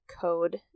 code